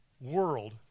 world